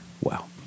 Wow